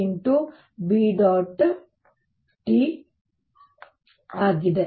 B ಆಗಿದೆ